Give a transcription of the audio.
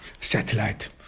satellite